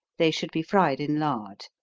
they should be fried in lard.